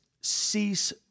cease